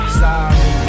sorry